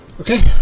Okay